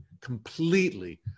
completely